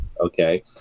Okay